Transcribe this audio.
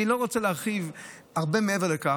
אני לא רוצה להרחיב הרבה מעבר לכך.